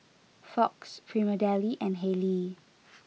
Fox Prima Deli and Haylee